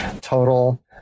total